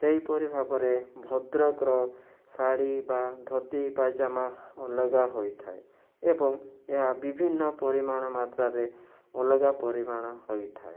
ସେହିପାରି ଭାବରେ ଭଦ୍ରକର ଶାଢ଼ୀ ବା ଧୋତି ପାଇଜାମା ଅଲଗା ହୋଇଥାଏ ଏବଂ ଏହା ବିଭିନ୍ନ ପରିମାଣ ମାତ୍ରାରେ ଅଲଗା ପରିମାଣ ହୋଇଥାଏ